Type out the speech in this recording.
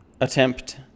attempt